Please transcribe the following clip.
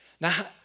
Now